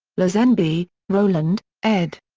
lazenby, roland, ed.